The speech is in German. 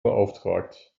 beauftragt